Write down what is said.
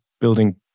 building